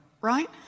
right